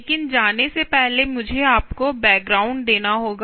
लेकिन जाने से पहले मुझे आपको बैकग्राउंड देना होगा